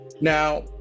Now